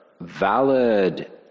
valid